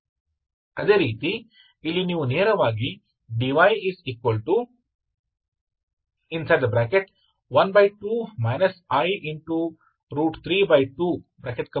ಅದೇ ರೀತಿ ಇಲ್ಲಿ ನೀವು ನೇರವಾಗಿ dy12 i32dx ಮಾಡಿದರೆ y 12 i32